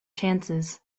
chances